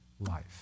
life